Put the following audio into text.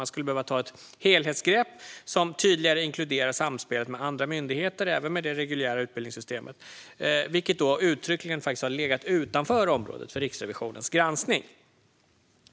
Man skulle behöva ta ett helhetsgrepp som tydligare inkluderar samspelet med andra myndigheter och även med det reguljära utbildningssystemet, vilket uttryckligen har legat utanför området för Riksrevisionens granskning.